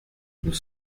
nous